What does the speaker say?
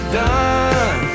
done